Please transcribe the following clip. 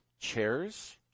Chairs